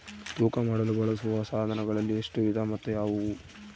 ತೂಕ ಮಾಡಲು ಬಳಸುವ ಸಾಧನಗಳಲ್ಲಿ ಎಷ್ಟು ವಿಧ ಮತ್ತು ಯಾವುವು?